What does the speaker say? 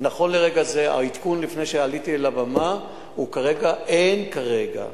נכון לרגע זה העדכון לפני שעליתי אל הבמה הוא: אין כרגע,